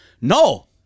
No